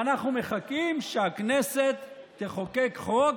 ואנחנו מחכים שהכנסת תחוקק חוק.